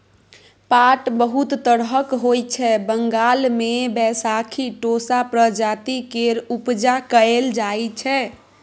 पाट बहुत तरहक होइ छै बंगाल मे बैशाखी टोसा प्रजाति केर उपजा कएल जाइ छै